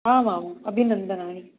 आमाम् अभिनन्दनानि